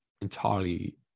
entirely